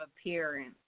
appearance